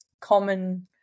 common